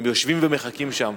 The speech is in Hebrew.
הם יושבים ומחכים שם.